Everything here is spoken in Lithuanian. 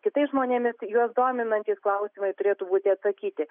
kitais žmonėmis juos dominantys klausimai turėtų būti atsakyti